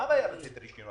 מה הבעיה לתת את הרישיון?